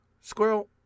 Squirrel